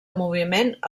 moviment